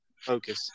focus